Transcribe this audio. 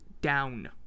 down